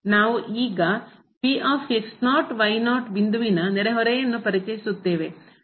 ನಾವು ಈಗ ಬಿಂದುವಿನ ನೆರೆಹೊರೆಯನ್ನು ಪರಿಚಯಿಸುತ್ತೇವೆ